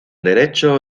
derecho